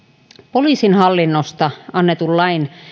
poliisin hallinnosta annetun lain